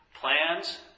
Plans